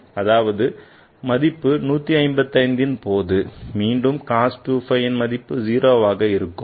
அதாவது மதிப்பு 135 ன் போது மீண்டும் cos 2 phi மதிப்பு 0 ஆக இருக்கும்